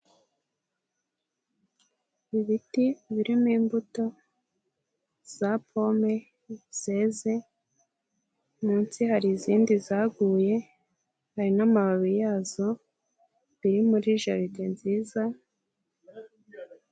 Ibiti birimo imbuto za pome zeze, munsi hari izindi zaguye, hari n'amababi yazo biri muri jaride nziza.